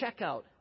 checkout